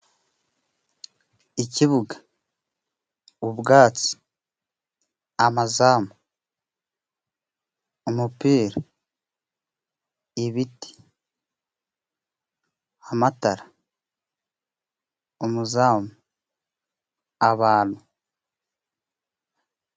Ikibuga, ubwatsi, amazamu, umupira, ibiti, amatara, umuzamu, abantu.